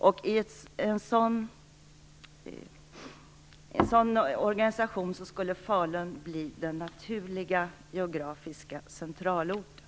I en sådan organisation skulle Falun bli den naturliga geografiska centralorten.